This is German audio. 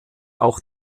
auch